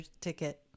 ticket